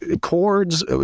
chords